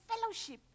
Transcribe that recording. fellowship